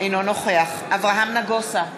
אינו נוכח אברהם נגוסה,